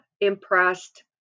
impressed